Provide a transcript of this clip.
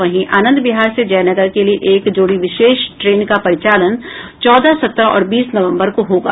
वहीं आनंद विहार से जयनगर के लिए एक जोड़ी विशेष ट्रेन का परिचालन चौदह सत्रह और बीस नवम्बर को होगा